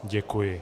Děkuji.